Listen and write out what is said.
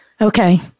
Okay